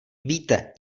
víte